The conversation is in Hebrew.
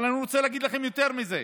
אבל אני רוצה להגיד לכם יותר מזה,